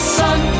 sun